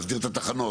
להסדיר את התחנות,